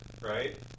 right